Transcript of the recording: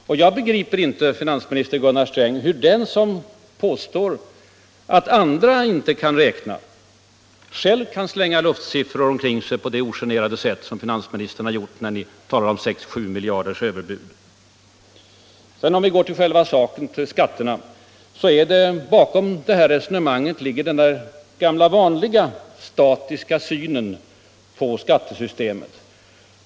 Jag begriper inte att finansminister Gunnar Sträng, som påstår att andra inte kan räkna, själv kan slänga luftsiffror omkring sig på det ogenerade sätt som han har gjort när han talar om överbud på 6-7 miljarder. Vad sedan gäller själva saken, skatterna, ligger bakom herr Strängs resonemang den gamla vanliga statiska synen på skattesystemet.